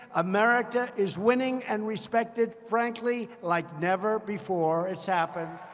america is winning and respected, frankly, like never before. it's happened.